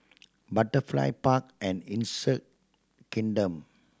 Butterfly Park and Insect Kingdom